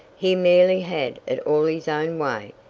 he merely had it all his own way.